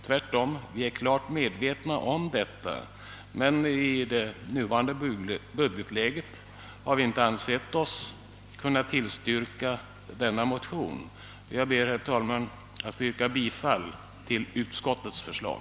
Tvärtom är vi klart medvetna om detta behov, men i det nuvarande budgetläget har vi inte ansett oss kunna tillstyrka motionen. Jag ber därför, herr talman, att få yrka bifall till utskottets förslag.